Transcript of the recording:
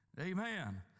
Amen